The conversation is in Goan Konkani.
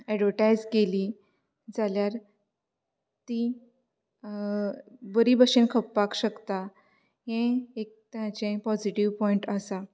एडवर्टायज केली जाल्यार ती बरी बशेन खपपाक शकता हें एक ताजें पोजिटीव पोयंट आसा